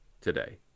Today